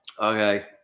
Okay